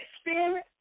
spirit